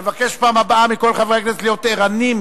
אני מבקש בפעם הבאה מכל חברי הכנסת להיות ערניים